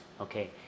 Okay